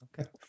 okay